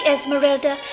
Esmeralda